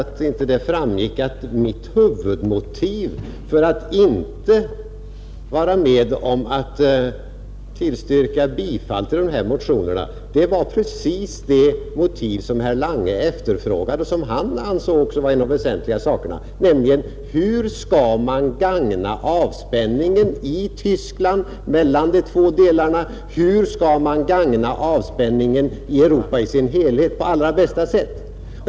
Det borde ha framgått att mitt huvudmotiv för att inte vara med om att tillstyrka bifall till dessa motioner var precis det motiv som herr Lange efterfrågade och som han ansåg vara en av de väsentliga sakerna, nämligen hur man skall gagna en avspänning mellan de två delarna av Tyskland. Hur skall man på allra bästa sätt gagna avspänningen i Europa i dess helhet?